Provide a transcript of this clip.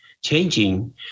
Changing